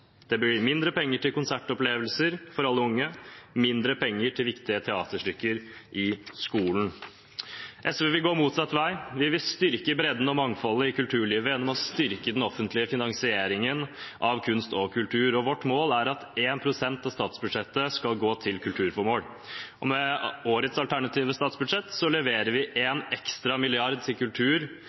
Det blir mindre penger til konsertopplevelser for alle unge, mindre penger til viktige teaterstykker i skolen. SV vil gå motsatt vei. Vi vil styrke bredden og mangfoldet i kulturlivet gjennom å styrke den offentlige finansieringen av kunst og kultur. Vårt mål er at én prosent av statsbudsjettet skal gå til kulturformål, og med årets alternative statsbudsjett leverer vi én ekstra milliard til kultur